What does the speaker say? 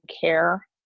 care